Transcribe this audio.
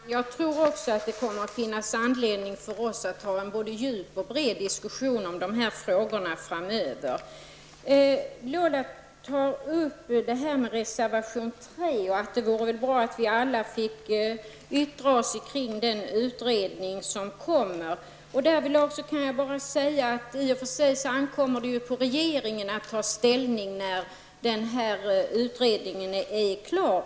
Herr talman! Också jag tror att det kommer att finnas anledning för oss att ta en både djup och bred diskussion om dessa frågor framöver. Lola Björkquist nämnde reservation 3 och att det vore bra om vi alla fick yttra oss om den utredning som kommer. Därvidlag kan jag säga att det i och för sig ankommer på regeringen att ta ställning när utredningen är klar.